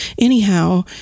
anyhow